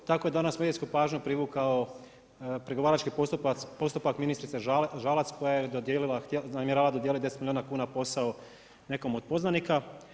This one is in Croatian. I tako je danas medijsku pažnju privukao pregovarački postupak ministrice Žalac koja je dodijelila, namjera dodijeliti 10 milijuna kuna posao nekom od poznanika.